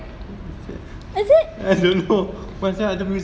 is it